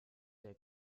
der